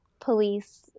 police